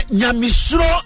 nyamisro